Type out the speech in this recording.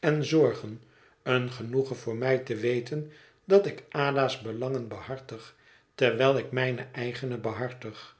en zorgen een genoegen voor mij te weten dat ik ada's belangen behartig terwijl ik mijne eigene behartig